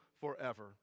forever